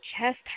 chest